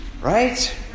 Right